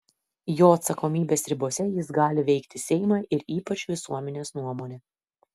jo atsakomybės ribose jis gali veikti seimą ir ypač visuomenės nuomonę